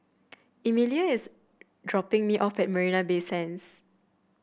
Emelia is dropping me off at Marina Bay Sands